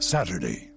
Saturday